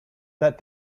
that